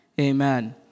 Amen